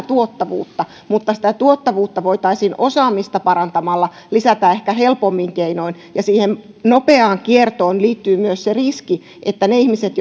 tuottavuutta mutta sitä tuottavuutta voitaisiin osaamista parantamalla lisätä ehkä helpommin keinoin ja siihen nopeaan kiertoon liittyy myös se riski että ne ihmiset